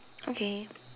okay